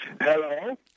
hello